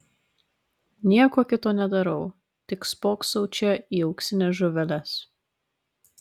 nieko kito nedarau tik spoksau čia į auksines žuveles